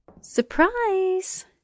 surprise